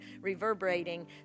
reverberating